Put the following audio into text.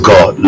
God